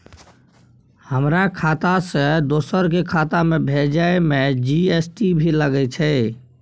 हमर खाता से दोसर के खाता में भेजै में जी.एस.टी भी लगैछे?